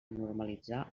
normalitzar